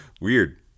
weird